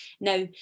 now